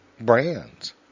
brands